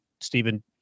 Stephen